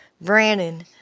Brandon